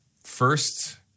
first